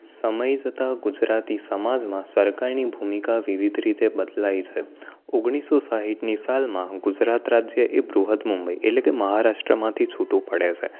સમય જતાં ગુજરાતી સમાજમાં સરકારની ભૂમિકા વિવિધ રીતે બદલાઈ છે ઓગણીસસો સાઠની સાલમાં હું ગુજરાત રાજ્ય એ બૃહદ મુંબઈ એટલે કે મહારાષ્ટ્રમાંથી છૂટું પડે છે